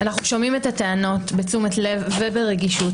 אנחנו שומעים את הטענות בתשומת לב וברגישות.